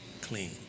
Clean